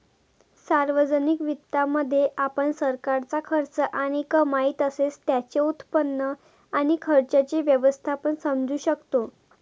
सार्वजनिक वित्तामध्ये, आपण सरकारचा खर्च आणि कमाई तसेच त्याचे उत्पन्न आणि खर्चाचे व्यवस्थापन समजू शकतो